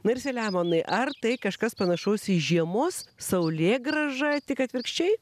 na ir selemonai ar tai kažkas panašaus į žiemos saulėgrąžą tik atvirkščiai